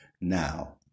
Now